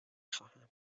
خواهم